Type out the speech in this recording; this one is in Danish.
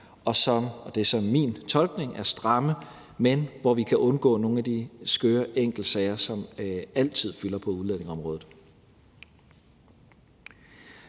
og som – og det er så min tolkning – er stramme, men hvor vi kan undgå nogle af de skøre enkeltsager, som altid fylder på udlændingeområdet.